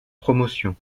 promotions